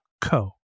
co